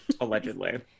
allegedly